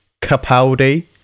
Capaldi